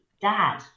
dad